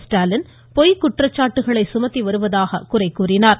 ஸ்டாலின் பொய்க்குற்றச்சாட்டுகளை சுமத்தி வருவதாக குறை கூறினார்